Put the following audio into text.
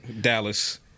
Dallas